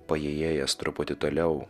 paėjėjęs truputį toliau